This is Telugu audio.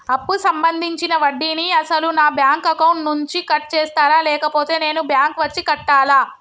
అప్పు సంబంధించిన వడ్డీని అసలు నా బ్యాంక్ అకౌంట్ నుంచి కట్ చేస్తారా లేకపోతే నేను బ్యాంకు వచ్చి కట్టాలా?